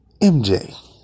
MJ